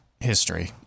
history